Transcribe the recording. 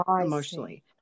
emotionally